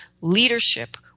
leadership